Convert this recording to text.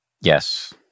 Yes